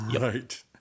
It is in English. Right